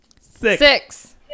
Six